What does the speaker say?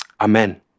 Amen